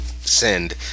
send